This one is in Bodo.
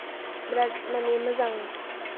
बिरात माने मोजां